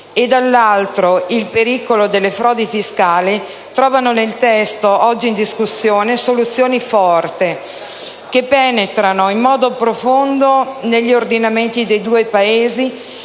e, dall'altro, il pericolo di frodi fiscali trovano nel testo oggi in discussione soluzioni forti, che penetrano in modo profondo negli ordinamenti dei due Paesi